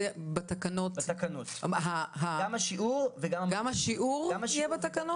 -- שגם השיעור יהיה בתקנות?